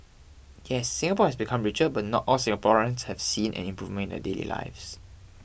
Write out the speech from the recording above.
yes Singapore has become richer but not all Singaporeans have seen an improvement in their daily lives